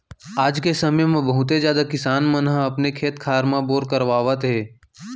आज के समे म बहुते जादा किसान मन ह अपने खेत खार म बोर करवावत हे